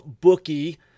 bookie